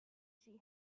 she